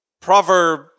proverb